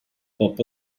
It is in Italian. pop